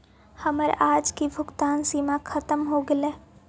हमर आज की भुगतान सीमा खत्म हो गेलइ